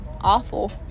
awful